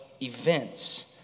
events